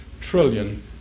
trillion